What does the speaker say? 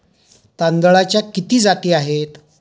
तांदळाच्या किती जाती आहेत?